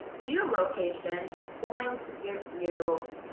geo location is going to give you.